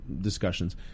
discussions